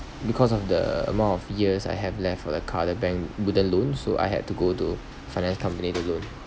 because of the amount of years I have left for the car the bank wouldn't loan so I had to go to finance company to loan